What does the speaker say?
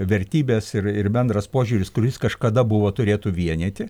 vertybės ir ir bendras požiūris kuris kažkada buvo turėtų vienyti